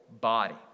body